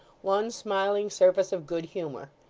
one smiling surface of good humour.